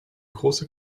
große